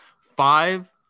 five